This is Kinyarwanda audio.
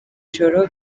joro